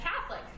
Catholic